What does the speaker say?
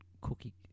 cookie